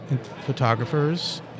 photographers